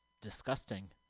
disgusting